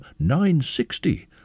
960